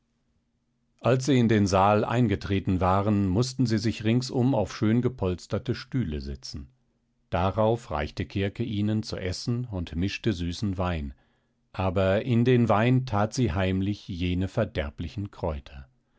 als sie in den saal eingetreten waren mußten sie sich ringsum auf schöngepolsterte stühle setzen darauf reichte kirke ihnen zu essen und mischte süßen wein aber in den wein that sie heimlich jene verderblichen kräuter